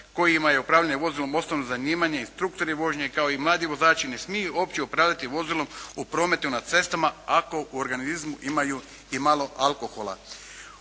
kojima je upravljanje vozilom osnovno zanimanje, instruktori vožnje kao i mladi vozači ne smiju uopće upravljati vozilom u prometu na cestama ako u organizmu imaju imalo alkohola.